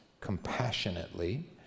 compassionately